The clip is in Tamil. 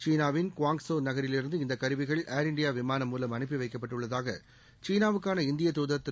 சீனாவின் குவாங்சோ நகரில் இருந்து இந்த கருவிகள் ஏர் இந்தியா விமானம் மூலம் அனுப்பி வைக்கப்பட்டுள்ளதாக சீனாவுக்கான இந்திய தூதர் திரு